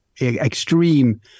extreme